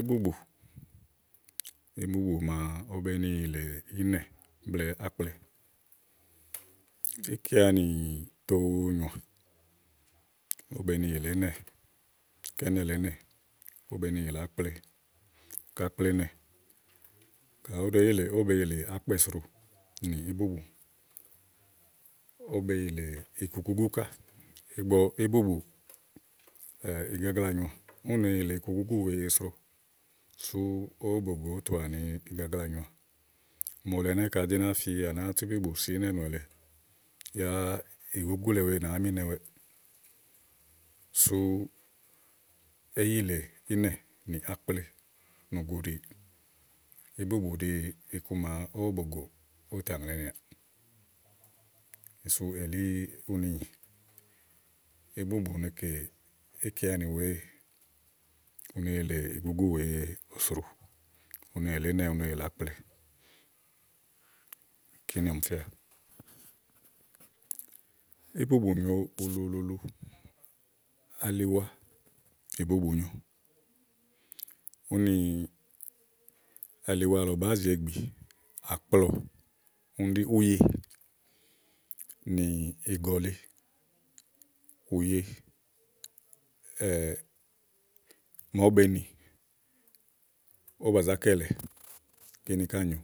íbùbù, íbùbù màa ówó bèé ni yìlè ínɛ̀, blɛ̀ɛ ákple, íkeanì tòo nyòoà ówó be ni yìlè ínɛ̀ kɔ ínɛ̀ lèe eé nè, owo be ni yìlè ákple kɔ ákple é nè kayi ówó ɖèé yilè yá ówó bèe yìlè ákpɛ̀ sro nì íbùbù ówó be yìlè ikugúgú ká ígbɔ íbùbù igagla nyòoà úni nèe yilè ikugúgú wèe sro sú ówò bògò ówó tuà ni igagla nyòoà mòole ɛnɛ́ ka àá do náa fi à nàáa tu íbùbù si ínɛ̀nù èle yá ìgúgú le wèe nàá mi ínɛwɛ sú éyìlè ínɛ̀ nì ákple nì íbùbù ɖìi iku màa ówò bògò, ówò tà ŋlɛ̀ɛnìàà. sú elí ɛɖí úni nyí íbùbù ne kè íkeanì wèe u ne yìlè ìgúgú wèe sro u ne yìlè ínɛ̀ u ne yìlè ákple kíni ɔmi fíà íbùbù nyòo ulu uluulu aliwaìbubù nyòo, úni aliwa lɔ bàáa zì egbì à kplɔɔ̀ úni ɖí úye nì ìgɔ̀liùye màa ówó bèé ni, ówó bà zá kɛ̀lɛ̀. kíni ká nyòo